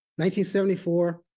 1974